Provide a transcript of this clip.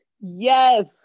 yes